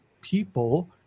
people